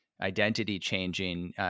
identity-changing